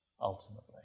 ultimately